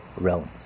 realms